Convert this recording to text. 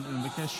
אני מבקש.